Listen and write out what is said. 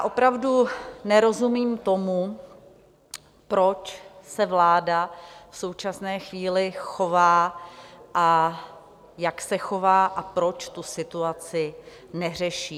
Opravdu nerozumím tomu, proč se vláda v současné chvíli chová, a jak se chová a proč tu situací neřeší.